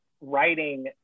writing